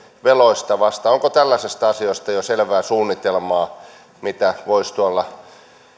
veloista vastaa onko tällaisista asioista jo selvää suunnitelmaa mitä voisi tuolla